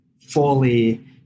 fully